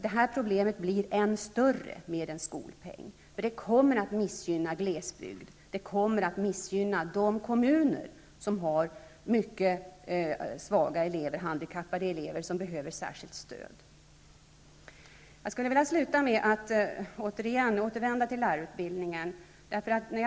Det här problemet blir ännu större med en skolpeng. Det kommer att missgynna glesbygd och de kommuner som har mycket svaga elever och handikappade elever som behöver särskilt stöd. Jag vill avsluta med några ord om lärarutbildningen.